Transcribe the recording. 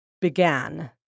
began